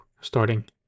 starting